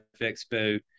Expo